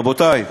רבותי,